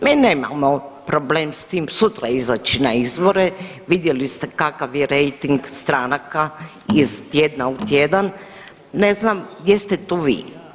Mi nemamo problem s tim sutra izaći na izbore, vidjeli ste kakav je rejting stranaka iz tjedna u tjedan, ne znam gdje ste tu vi.